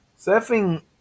surfing